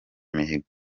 imihigo